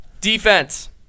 Defense